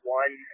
one